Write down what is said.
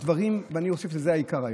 ואני אוסיף שהעיקר היה,